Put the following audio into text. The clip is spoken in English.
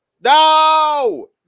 No